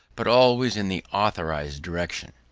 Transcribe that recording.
but always in the authorised direction.